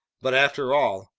but after all,